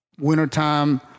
wintertime